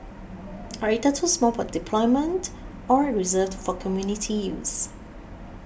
are either too small for deployment or reserved for community use